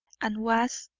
and was,